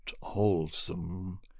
wholesome